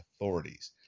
authorities